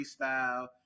freestyle